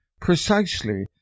precisely—